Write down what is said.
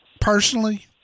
personally